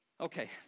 Okay